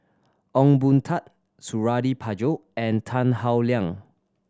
Ong Boon Tat Suradi Parjo and Tan Howe Liang